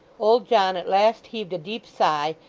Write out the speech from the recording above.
old john at last heaved a deep sigh,